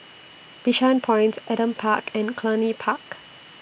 Bishan Point Adam Park and Cluny Park